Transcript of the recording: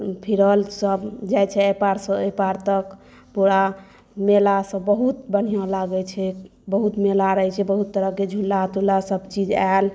फिरल सभ जाइ छै एहि पारसे ओहि पार तक पूरा मेलासभ बहुत बढ़िआँ लागै छै बहुत मेला रहै छै बहुत तरहके झूला तूलासभ चीज़ आयल